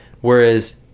Whereas